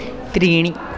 त्रीणि